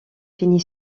fini